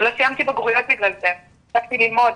לא סיימתי בגרויות, בגלל זה, הפסקתי ללמוד.